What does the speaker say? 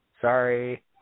Sorry